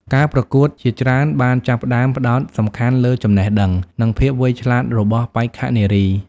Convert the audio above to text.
ការប្រកួតជាច្រើនបានចាប់ផ្តើមផ្តោតសំខាន់លើចំណេះដឹងនិងភាពវៃឆ្លាតរបស់បេក្ខនារី។